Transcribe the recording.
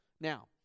Now